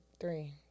three